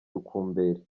rukumberi